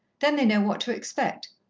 then they know what to expect.